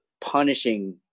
punishing